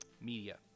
media